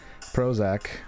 Prozac